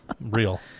real